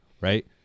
Right